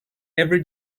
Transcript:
every